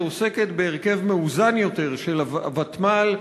שעוסקת בהרכב מאוזן יותר של הוותמ"ל,